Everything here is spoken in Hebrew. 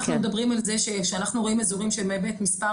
אנחנו מדברים על זה שכשאנחנו רואים אזורים שבאמת ספר